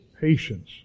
Patience